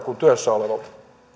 kuin työssä olevilta